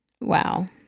Wow